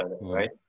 right